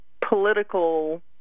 political